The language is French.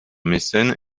mécène